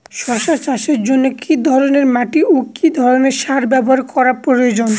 শশা চাষের জন্য কি ধরণের মাটি ও কি ধরণের সার ব্যাবহার করা প্রয়োজন?